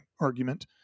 argument